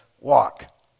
walk